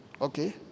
Okay